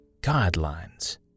guidelines